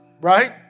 Right